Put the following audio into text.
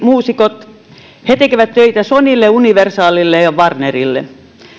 muusikot he tekevät töitä sonylle universalille ja warnerille